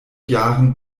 jahren